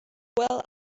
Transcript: well